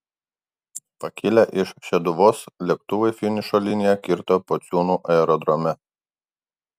pakilę iš šeduvos lėktuvai finišo liniją kirto pociūnų aerodrome